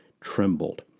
trembled